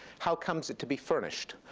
how comes it to be furnished?